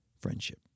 friendship